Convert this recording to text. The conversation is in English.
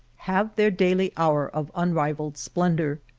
have their daily hour of unrivalled splendor.